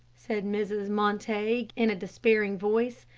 said mrs. montague, in a despairing voice.